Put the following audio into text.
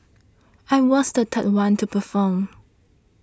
I was the third one to perform